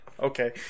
okay